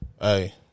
hey